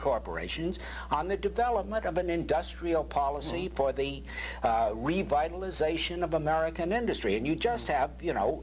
corporations on the development six of an industrial policy for the revitalization of american industry and you just have you know